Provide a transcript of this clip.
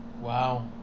Wow